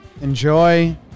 Enjoy